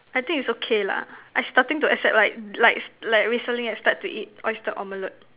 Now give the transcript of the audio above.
I think it's okay lah I starting to accept like like like recently I start to eat oyster omelette